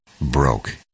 broke